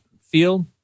field